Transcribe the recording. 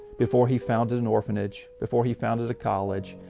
before he founded an orphanage, before he founded a college,